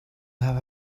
have